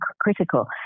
critical